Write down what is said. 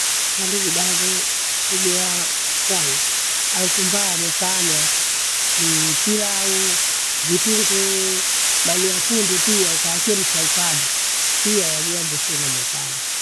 Handi zidahazo kugeaa mpale harufu mbaya nikanywa ni pilau, vitunguu, mani ya kunde pia ukayachemsha ukada pia yagea mbushule mwekana.